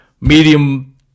medium